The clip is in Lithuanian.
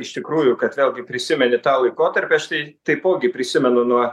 iš tikrųjų kad vėlgi prisimeni tą laikotarpį aš tai taipogi prisimenu nuo